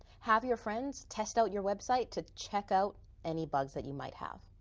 have your friends test out your website to check out any bugs that you might have.